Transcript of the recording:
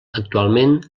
actualment